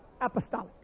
apostolic